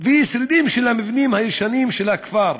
ושרידים של המבנים הישנים של הכפר.